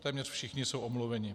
Téměř všichni jsou omluveni.